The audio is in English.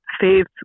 faith